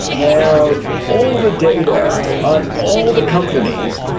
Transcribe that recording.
have all the data on all the companies,